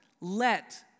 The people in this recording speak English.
let